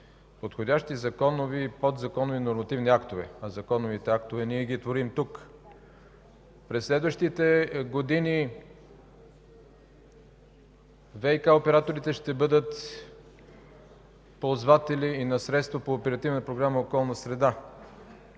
подходящи законови и подзаконови нормативни актове, а законовите актове ние ги творим тук. През следващите години ВиК операторите ще бъдат ползватели и на средства по Оперативна програма „Околна